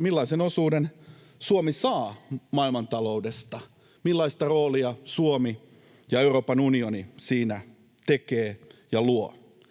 millaisen osuuden Suomi saa maailmantaloudesta ja millaista roolia Suomi ja Euroopan unioni siinä tekevät ja luovat.